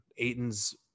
Aiton's